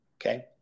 okay